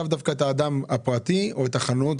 לאו דווקא את האדם הפרטי או את החנות,